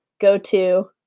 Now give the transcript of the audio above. go-to